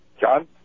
John